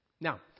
Now